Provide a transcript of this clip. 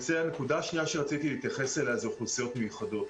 הנקודה השנייה שרציתי להתייחס אליה זה אוכלוסיות מיוחדות.